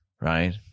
right